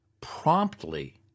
promptly